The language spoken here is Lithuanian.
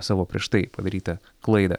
savo prieš tai padarytą klaidą